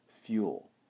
fuel